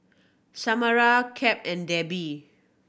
Samara Cap and Debbie